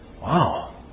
wow